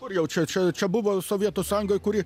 kur jau čia čia čia buvo sovietų sąjunga kuri